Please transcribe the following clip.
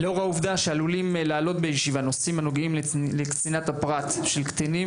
לאור העובדה שעלולים לעלות בישיבה נושאים הנוגעים לצנעת הפרט של קטינים,